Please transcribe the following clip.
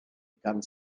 gan